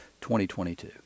2022